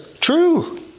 true